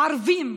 ערבים,